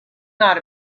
not